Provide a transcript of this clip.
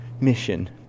mission